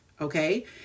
okay